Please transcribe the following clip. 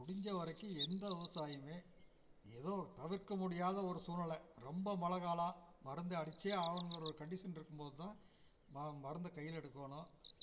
முடிஞ்ச வரைக்கும் எந்த விவசாயியுமே ஏதோ தவிர்க்க முடியாத ஒரு சூழ்நில ரொம்ப மழகாலம் மருந்து அடிச்சே ஆவணுங்கிற ஒரு கண்டிஷன் இருக்கும்போது தான் ம மருந்த கையில் எடுக்கணும்